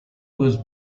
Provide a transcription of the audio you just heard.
was